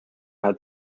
had